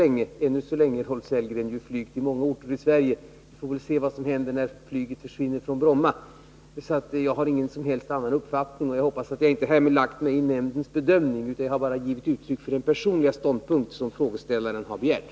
Vi har ännu så länge, Rolf Sellgren, flyg som går till många orter i Sverige — men vi får väl se vad som händer när flyget försvinner från Jag har alltså ingen annan uppfattning. Jag hoppas att jag härmed inte har lagt mig i nämndens bedömning. Jag har bara givit uttryck för min personliga ståndpunkt, så som frågeställaren har begärt.